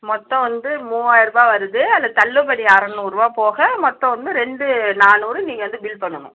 மொத்தம் வந்து மூவாயிரருபா வருது அதில் தள்ளுபடி அறுநூறுவா போக மொத்தம் வந்து ரெண்டு நானூறு நீங்கள் வந்து பில் பண்ணனும்